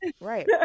Right